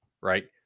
right